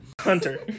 Hunter